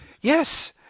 Yes